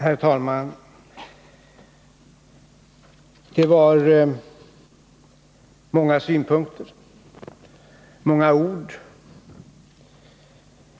Herr talman! Det var många synpunkter, många ord.